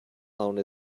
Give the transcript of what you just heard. alone